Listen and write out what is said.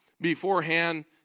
beforehand